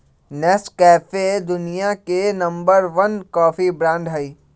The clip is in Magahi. नेस्कैफे दुनिया के नंबर वन कॉफी ब्रांड हई